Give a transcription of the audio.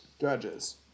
judges